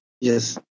Yes